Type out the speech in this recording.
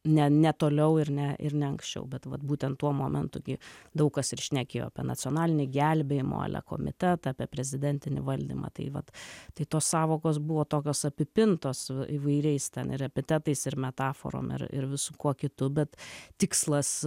ne ne toliau ir ne ir ne anksčiau bet vat būtent tuo momentu gi daug kas ir šnekėjo apie nacionalinį gelbėjimo ale komitetą apie prezidentinį valdymą tai vat tai tos sąvokos buvo tokios apipintos įvairiais ten ir epitetais ir metaforom ir ir visu kuo kitu bet tikslas